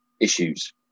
issues